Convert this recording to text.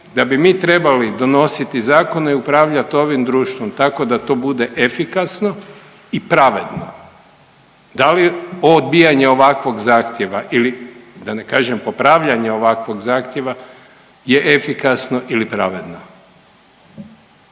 da bi mi trebali donositi zakone i upravljat ovim društvom tako da to bude efikasno i pravedno. Da li odbijanje ovakvog zahtjeva ili da ne kažem popravljanja ovakvog zahtjeva je efikasno ili pravedno?